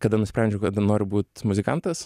kada nusprendžiau kada noriu būt muzikantas